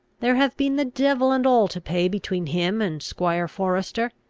there have been the devil and all to pay between him and squire forester.